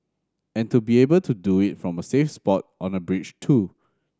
and to be able to do it from a safe spot on a bridge too